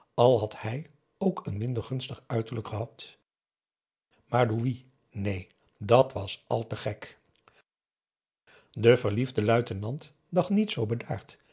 al had hij ook een minder gunstig uiterlijk gehad maar louis neen dat was al te gek de verliefde luitenant dacht niet zoo bedaard